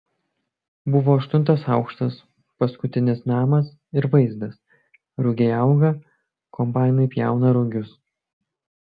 buvo aštuntas aukštas paskutinis namas ir vaizdas rugiai auga kombainai pjauna rugius